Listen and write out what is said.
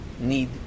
need